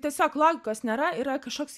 tiesiog logikos nėra yra kažkoks